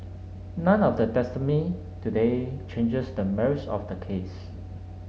none of the testimony today changes the merits of the case